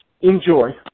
Enjoy